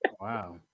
Wow